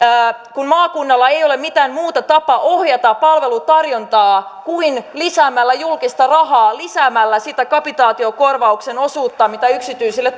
kun maakunnalla ei ole mitään muuta tapaa ohjata palvelutarjontaa kuin lisäämällä julkista rahaa lisäämällä sitä kapitaatiokorvauksen osuutta mitä yksityisille